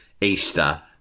Easter –